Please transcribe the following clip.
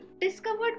Discovered